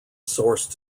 source